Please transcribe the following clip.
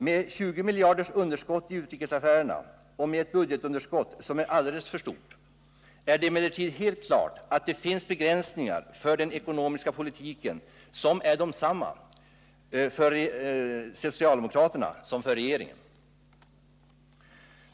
Med 20 miljarders underskott i utrikesaffärerna och med ett budgetunderskott som är alldeles för stort är det emellertid helt klart att det finns begränsningar för den ekonomiska politiken som är desamma för socialdemokraterna som för regeringen.